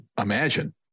imagine